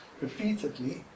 repeatedly